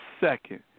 second